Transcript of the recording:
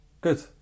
Good